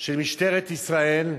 של משטרת ישראל,